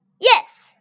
Yes